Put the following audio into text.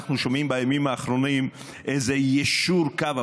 שומעים בימים האחרונים איזה יישור קו,